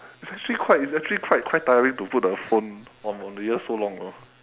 it's actually quite it's actually quite quite tiring to put the phone on on the ear so long you know